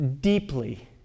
deeply